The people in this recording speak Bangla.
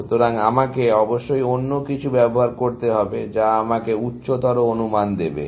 সুতরাং আমাকে অবশ্যই অন্য কিছু ব্যবহার করতে হবে যা আমাকে উচ্চতর অনুমান দেবে